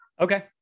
Okay